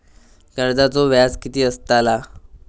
कर्जाचो व्याज कीती असताला?